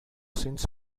since